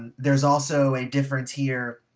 there's also a different tier.